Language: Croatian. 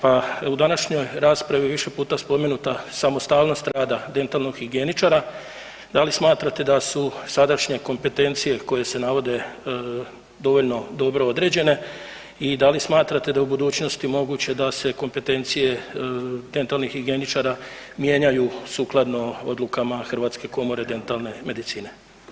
Pa u današnjoj raspravi više puta je spomenuta samostalnost rada dentalnog higijeničara, da li smatrate da su sadašnje kompetencije koje se navode dovoljno dobro određene i da li smatrate da u budućnosti moguće da se kompetencije dentalnih higijeničara mijenjanju sukladno odlukama Hrvatske komore dentalne medicine?